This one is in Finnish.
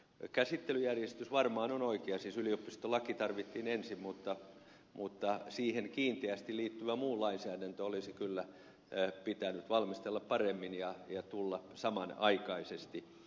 käsittelyjärjestys varmaan on oikea siis yliopistolaki tarvittiin ensin mutta siihen kiinteästi liittyvä muu lainsäädäntö olisi kyllä pitänyt valmistella paremmin ja sen olisi pitänyt tulla samanaikaisesti